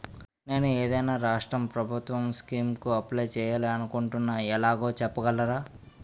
నేను ఏదైనా రాష్ట్రం ప్రభుత్వం స్కీం కు అప్లై చేయాలి అనుకుంటున్నా ఎలాగో చెప్పగలరా?